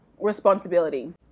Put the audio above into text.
responsibility